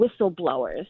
whistleblowers